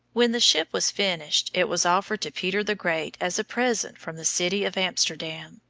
when the ship was finished, it was offered to peter the great as a present from the city of amsterdam.